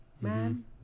man